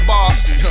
Bossy